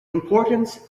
importance